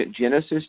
Genesis